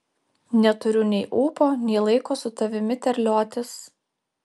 neturiu nei ūpo nei laiko su tavimi terliotis